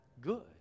good